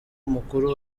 mukuru